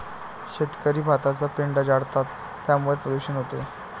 शेतकरी भाताचा पेंढा जाळतात त्यामुळे प्रदूषण होते